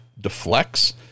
deflects